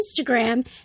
Instagram